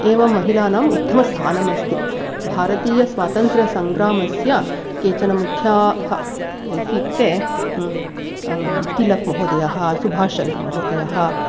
एव महिलानाम् उत्तमस्थानमस्ति भारतीय स्वातन्त्र्यसङ्ग्रामस्य केचन मुख्याः इत्युक्ते तिलकमहोदयः सुभाषचन्द्रमहोदयः